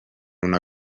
una